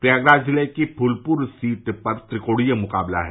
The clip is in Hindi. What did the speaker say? प्रयागराज जिले की फूलपुर संसदीय सीट पर त्रिकोणीय मुकाबला है